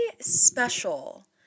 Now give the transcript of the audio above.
special